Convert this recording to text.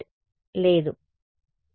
విద్యార్థి ఇది ప్రాథమికంగా